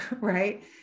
right